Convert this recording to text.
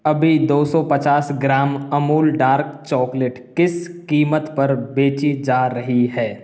अभी दो सौ पचास ग्राम अमूल डार्क चॉकलेट किस कीमत पर बेची जा रही है